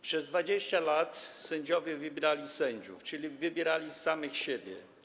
Przez 20 lat sędziowie wybierali sędziów, czyli wybierali samych siebie.